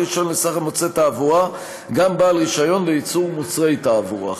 רישיון לסחר במוצרי תעבורה גם בעל רישיון לייצור מוצרי תעבורה.